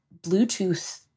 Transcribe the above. Bluetooth